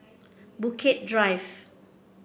Bukit Drive